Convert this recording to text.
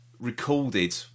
recorded